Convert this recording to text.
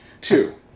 Two